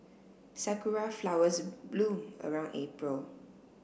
sakura flowers bloom around April